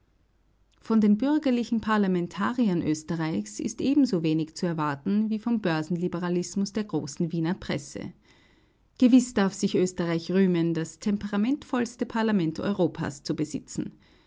von den bürgerlichen parlamentariern österreichs ist ebenso wenig zu erwarten wie vom börsenliberalismus der großen wiener presse gewiß darf sich österreich rühmen das temperamentvollste parlament europas zu besitzen